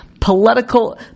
Political